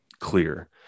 clear